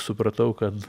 supratau kad